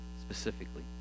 specifically